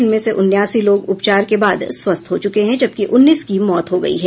इनमें से उनासी लोग उपचार के बाद स्वस्थ हो चुके हैं जबकि उन्नीस की मौत हो गई है